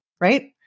right